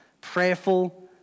prayerful